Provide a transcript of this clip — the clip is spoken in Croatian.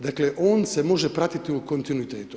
Dakle on se može pratiti u kontinuitetu.